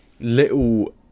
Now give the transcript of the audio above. little